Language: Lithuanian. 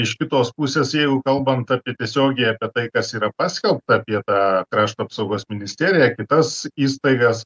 iš kitos pusės jeigu kalbant apie tiesiogiai apie tai kas yra paskelbta apie tą krašto apsaugos ministeriją kitas įstaigas